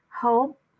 Hope